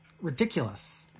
Ridiculous